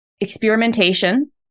experimentation